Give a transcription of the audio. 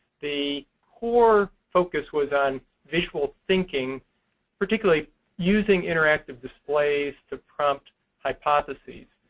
the core focus was on visual thinking particularly using interactive displays to prompt hypotheses.